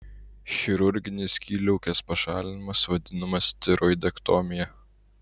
chirurginis skydliaukės pašalinimas vadinamas tiroidektomija